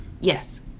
Yes